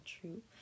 true